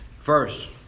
First